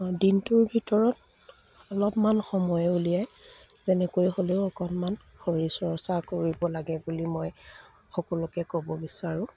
দিনটোৰ ভিতৰত অলপমান সময় উলিয়াই যেনেকৈ হ'লেও অকণমান শৰীৰ চৰ্চা কৰিব লাগে বুলি মই সকলোকে ক'ব বিচাৰো